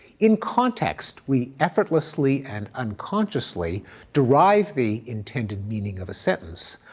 in context, we effortlessly and unconsciously derive the intended meaning of a sentence,